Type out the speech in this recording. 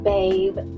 Babe